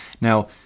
Now